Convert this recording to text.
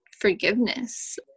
forgiveness